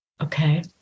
okay